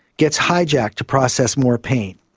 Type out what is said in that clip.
gets hijacked to process more pain.